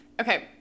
okay